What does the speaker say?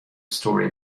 story